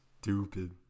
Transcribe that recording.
stupid